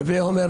הווה אומר,